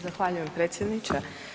Zahvaljujem predsjedniče.